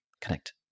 connect